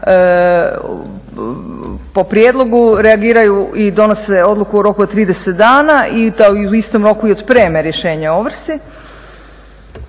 po prijedlogu reagiraju i donose odluku u roku od 30 dana i da u istom roku i otpreme rješenje o ovrsi.